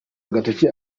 agatoki